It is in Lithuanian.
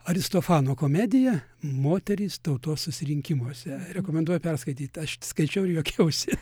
aristofano komedija moterys tautos susirinkimuose rekomenduoju perskaityt aš skaičiau ir juokiausi